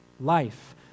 life